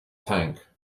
tank